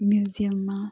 મ્યુઝિયમમાં